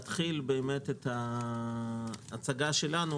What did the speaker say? אתחיל את ההצגה שלנו,